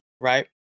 right